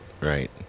Right